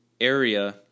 area